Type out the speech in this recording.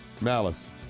Malice